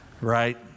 right